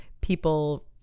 people